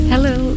Hello